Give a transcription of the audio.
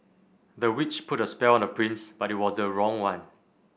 the witch put a spell on the prince but it was the wrong one